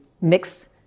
mix